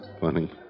Funny